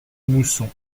mousson